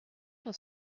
was